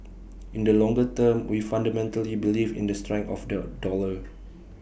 in the longer term we fundamentally believe in the strength of the dollar